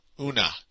una